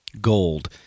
gold